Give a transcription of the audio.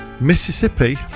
Mississippi